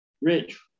rich